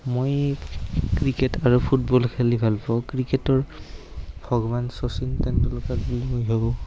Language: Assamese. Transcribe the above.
মই ক্ৰিকেট আৰু ফুটবল খেলি ভাল পাওঁ ক্ৰিকেটৰ ভগৱান শচীন টেণ্ডুলকাৰ বুলি মই ভাবোঁ